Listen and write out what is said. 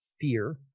Fear